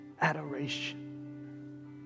adoration